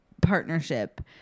partnership